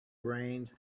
brains